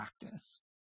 practice